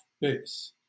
base